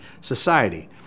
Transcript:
society